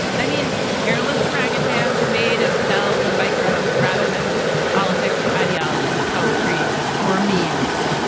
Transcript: i mean, hairless orangutans made of cells and microbes rather than politics, ideology, poetry or memes.